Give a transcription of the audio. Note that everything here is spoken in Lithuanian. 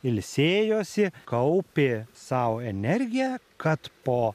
ilsėjosi kaupė sau energiją kad po